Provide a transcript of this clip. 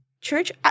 church—